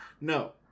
No